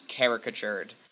caricatured